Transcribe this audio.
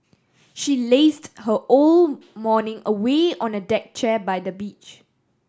she lazed her whole morning away on a deck chair by the beach